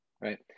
Right